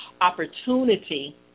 opportunity